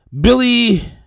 Billy